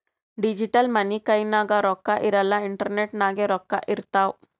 digital money ಕೈನಾಗ್ ರೊಕ್ಕಾ ಇರಲ್ಲ ಇಂಟರ್ನೆಟ್ ನಾಗೆ ರೊಕ್ಕಾ ಇರ್ತಾವ್